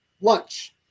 lunch